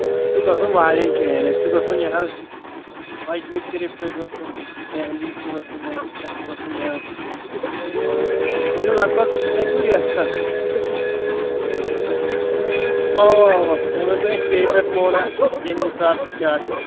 اَسہِ چھُ گَژھُن واریاہن جایَن اَسہِ چھُ گَژھُن یہِ حظ اجمیر شریٖف چھُ اَسہِ گَژھُن دہلی چھُ گَژھُن اَسہِ اَسہِ چھُ گَژھُن یہِ حظ مٲنِو لگ بگ لگوٕ رٮ۪تھ کھنٛڈ اَوا اَوا تُہۍ ؤنۍتو اَسہِ پیمٮ۪نٛٹ موڈَا کَمہِ حساب چھُ کیٛاہ چھُ